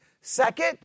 Second